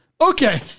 Okay